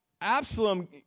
Absalom